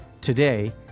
Today